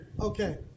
Okay